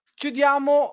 chiudiamo